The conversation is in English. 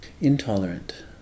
intolerant